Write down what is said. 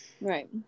right